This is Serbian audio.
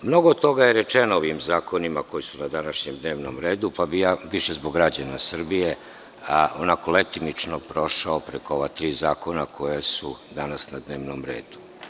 Mnogo toga je rečeno ovim zakonima koji su na današnjem dnevnom redu, pa bih ja više zbog građana Srbije onako letimično prošao preko ova tri zakona koja su danas na dnevnom redu.